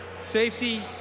safety